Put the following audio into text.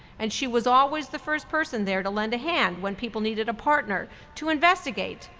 and she was always the first person there to lend a hand when people needed a partner to investigate,